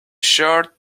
short